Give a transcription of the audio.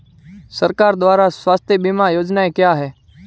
सरकार द्वारा स्वास्थ्य बीमा योजनाएं क्या हैं?